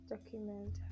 Document